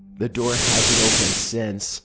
the door hasn't opened since